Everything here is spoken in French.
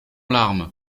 larmes